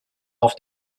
auf